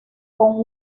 con